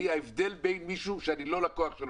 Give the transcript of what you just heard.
ההבדל בין מישהו שאני לא לקוח שלו